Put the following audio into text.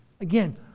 Again